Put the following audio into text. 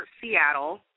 Seattle